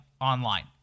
online